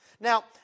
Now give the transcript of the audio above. Now